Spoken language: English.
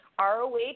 ROH